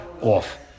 off